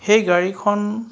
সেই গাড়ীখন